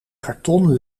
karton